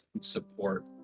support